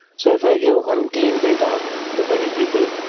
so if i give unclean data to many people,